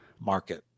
market